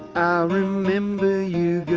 i'll remember you, good